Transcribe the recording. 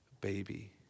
baby